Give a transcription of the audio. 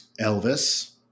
Elvis